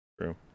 True